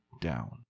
down